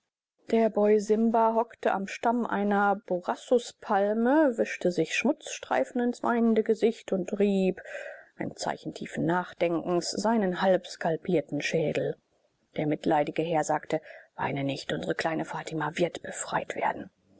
der boy simba hockte am stamm einer borassuspalme wischte sich schmutzstreifen ins weinende gesicht und rieb ein zeichen tiefen nachdenkens seinen halb skalpierten schädel der mitleidige herr sagte weine nicht unsre kleine fatima wird befreit werden